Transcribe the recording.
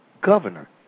governor